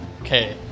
okay